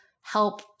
help